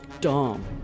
dumb